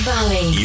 Valley